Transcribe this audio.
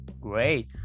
Great